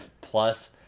plus